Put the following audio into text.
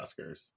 Oscars